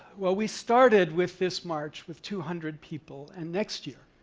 well, we started with this march with two hundred people, and next year,